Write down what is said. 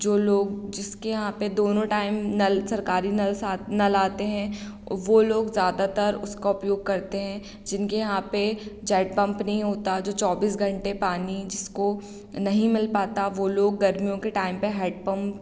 जो लोग जिसके यहाँ पे दोनों टाइम नल सरकारी नल्स आ नल आते हैं वो लोग ज़्यादातर उसका उपयोग करते हैं जिनके यहाँ पे जेट पंप नहीं होता जो चौबीस घंटे पानी जिसको नहीं मिल पाता वो लोग गर्मियों के टाइम पे हैडपंप